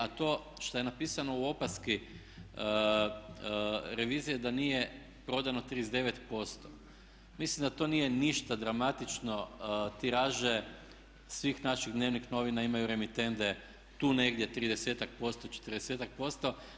A to što je napisano u opaski revizije da nije prodano 39% mislim da to nije ništa dramatično tiraže svih naših dnevnih novina imaju remitende tu negdje 30-ak posto, 40-ak posto.